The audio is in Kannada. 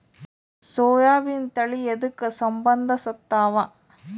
ಸೋಯಾಬಿನ ತಳಿ ಎದಕ ಸಂಭಂದಸತ್ತಾವ?